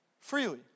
freely